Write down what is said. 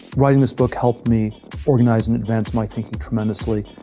writing this book helped me organize and advance my thinking tremendously.